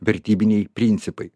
vertybiniai principai